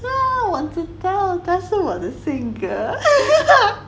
我知道那是我的性格